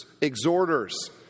exhorters